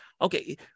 okay –